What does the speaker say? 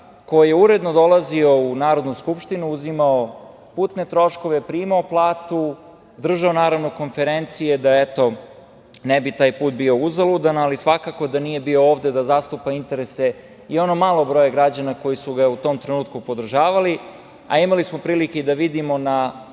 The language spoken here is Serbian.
koji je uredno dolazio u Narodnu skupštinu, uzimao putne troškove, primao platu, držao naravno konferencije da, eto, ne bi taj put bio uzaludan, ali svakako da nije bio ovde da zastupa interese i ono malo broja građana koji su ga u tom trenutku podržavali. Imali smo prilike i da vidimo na